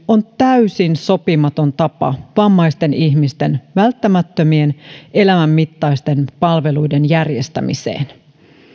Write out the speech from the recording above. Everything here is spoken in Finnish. on täysin sopimaton tapa vammaisten ihmisten välttämättömien elämänmittaisten palveluiden järjestämiseen